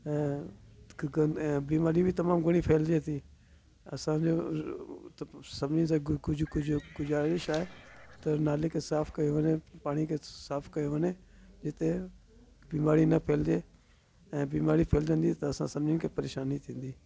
ऐं बीमारी बि तमाम घणी फैलजे ती असांजो तपो सभनी सां कुझु कुझु गुज़ारिश आहे त नाले खे साफ़ु कयो हिन पाणी खे साफ़ु कयो वञे जिते बीमारी न फहिलिजे ऐं बीमारी फहिलिजंदी त असां सभिनीनि खे परेशानी थींदी